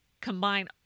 combine